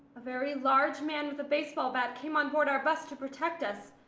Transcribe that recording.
a very large man with a baseball bat came onboard our bus to protect us,